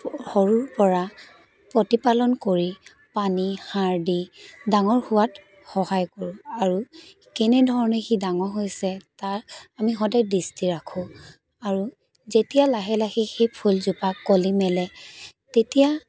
সৰুৰ পৰা প্ৰতিপালন কৰি পানী সাৰ দি ডাঙৰ হোৱাত সহায় কৰোঁ আৰু কেনেধৰণে সি ডাঙৰ হৈছে তাক আমি সদায় দৃষ্টি ৰাখোঁ আৰু যেতিয়া লাহে লাহে সেই ফুলজোপা কলি মেলে তেতিয়া